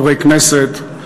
חברי כנסת,